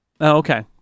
okay